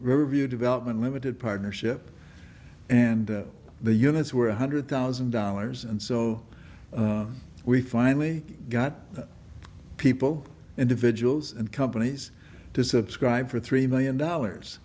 review development limited partnership and the units were one hundred thousand dollars and so we finally got people individuals and companies to subscribe for three million dollars